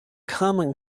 common